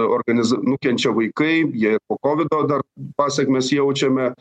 organiz nukenčia vaikai jie ir po kovido dar pasekmes jaučiame